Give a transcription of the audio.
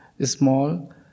small